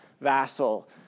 vassal